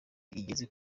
igeze